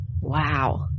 Wow